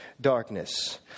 darkness